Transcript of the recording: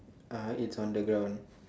uh it's on the ground